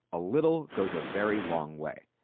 a little goes a very long way.